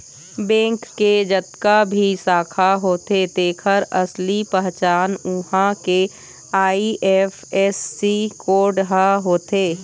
bank के जतका भी शाखा होथे तेखर असली पहचान उहां के आई.एफ.एस.सी कोड ह होथे